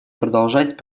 продолжать